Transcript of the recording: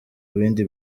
bindi